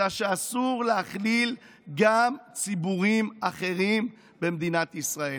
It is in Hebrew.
אלא שאסור להכליל גם ציבורים אחרים במדינת ישראל.